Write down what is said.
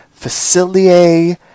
Facilier